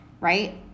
right